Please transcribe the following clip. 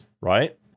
right